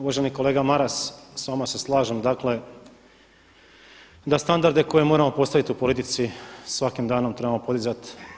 Uvaženi kolega Maras, s vama se slažem, da standarde koje moramo postaviti u politici svakim danom trebamo podizati.